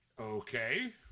Okay